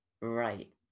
right